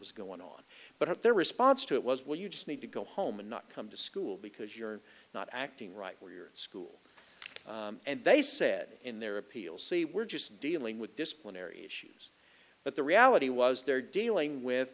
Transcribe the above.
was going on but their response to it was well you just need to go home and not come to school because you're not acting right where you're at school and they said in their appeals say we're just dealing with disciplinary issues but the reality was they're dealing with